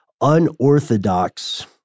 unorthodox